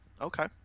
Okay